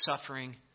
suffering